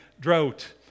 drought